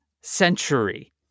century